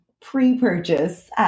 pre-purchase